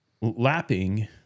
lapping